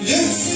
Yes